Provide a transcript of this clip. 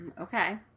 Okay